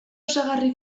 osagarri